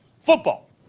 Football